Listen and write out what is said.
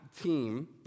team